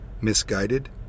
misguided